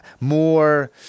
more